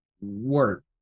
work